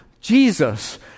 Jesus